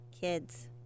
kids